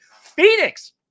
Phoenix